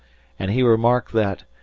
and he remarked that,